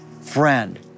friend